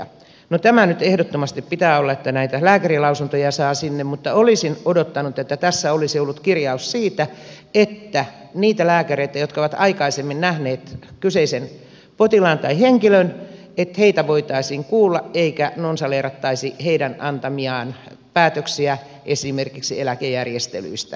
no tämä nyt ehdottomasti pitää olla että näitä lääkärilausuntoja saa sinne mutta olisin odottanut että tässä olisi ollut kirjaus siitä että niitä lääkäreitä jotka ovat aikaisemmin nähneet kyseisen potilaan tai henkilön voitaisiin kuulla eikä nonsaleerattaisi heidän antamiaan päätöksiä esimerkiksi eläkejärjestelyistä